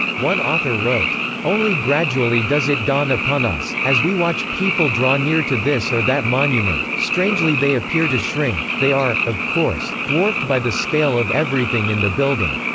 one author wrote only gradually does it dawn upon us as we watch people draw near to this or that monument, strangely they appear to shrink they are, of course, dwarfed by the scale of everything in the building.